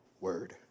word